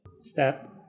Step